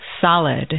solid